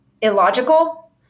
illogical